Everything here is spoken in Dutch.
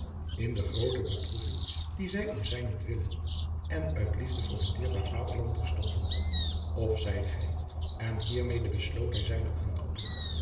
in de groote beproeving die zij om zijnent wille en uit liefde voor hun dierbaar vaderland doorstonden of zeide hij en hiermede besloot hij zijne aanroeping